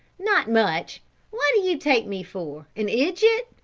not much what do ye take me for, an idjet?